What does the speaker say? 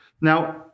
Now